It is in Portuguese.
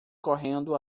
correndo